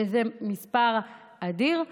זה מספר אדיר.